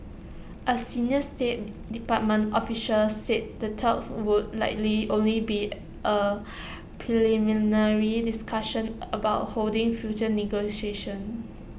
A senior state department official said the talks would likely only be A preliminary discussion about holding future negotiations